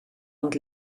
und